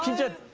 did